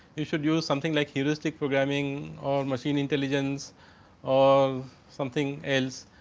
you should used something like heuristic programming or machine intelligence or something else.